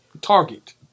target